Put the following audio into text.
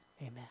Amen